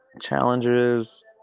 Challenges